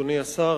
אדוני השר,